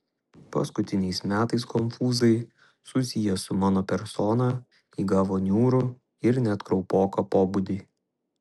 paskutiniais metais konfūzai susiję su mano persona įgavo niūrų ir net kraupoką pobūdį